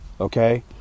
okay